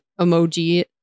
emoji